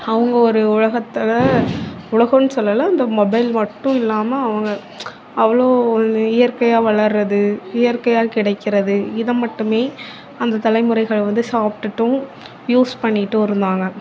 அவங்க ஒரு உலகத்தில் உலகம்ன்னு சொல்லலை இந்த மொபைல் மட்டும் இல்லாம அவங்க அவ்வளோ இயற்கையாக வளர்றது இயற்கையாக கிடைக்கிறது இதை மட்டுமே அந்த தலைமுறைகள் வந்து சாப்பிட்டுட்டும் யூஸ் பண்ணிகிட்டும் இருந்தாங்க